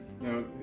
Now